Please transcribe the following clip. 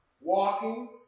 walking